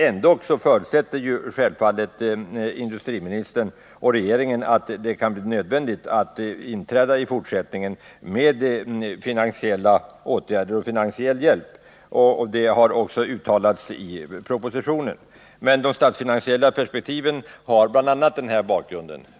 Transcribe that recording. Ändå förutsätter självfallet industriministern och regeringen att det i fortsättningen kan bli nödvändigt att inträda med finansiella åtgärder och finansiell hjälp. Det har också uttalats i propositionen. Men de statsfinansiella perspektiven har bl.a. den här bakgrunden.